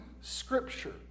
scripture